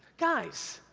guys,